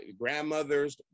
grandmother's